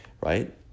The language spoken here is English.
right